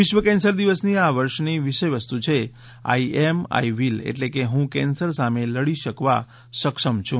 વિશ્વ કેન્સર દિવસની આ વર્ષની વિષયવસ્તુ છે આઇ એમ આઇ વીલ એટલે કે હૃં કેન્સર સામે લડી શકવા સક્ષમ છું